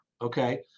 Okay